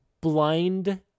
blind